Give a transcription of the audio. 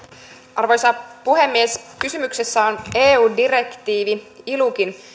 arvoisa puhemies kysymyksessä on eu direktiivi ilucin